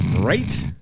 Right